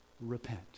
repent